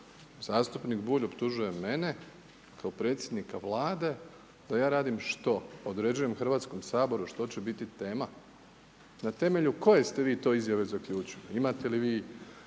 Zastupnik Bulj optužuje mene kao predsjednika Vlade da ja radim što? Određujem Hrvatskom saboru što će biti tema. Na temelju koje ste vi to izjave zaključili? Imate li vi